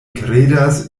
kredas